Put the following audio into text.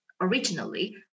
originally